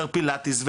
יותר פילאטיס,